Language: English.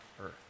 earth